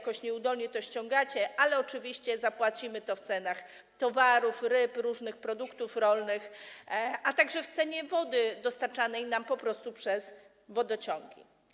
Jakoś nieudolnie to ściągacie, ale oczywiście zapłacimy to w cenach towarów, ryb, różnych produktów rolnych, a także w cenie wody dostarczanej nam po prostu przez wodociągi.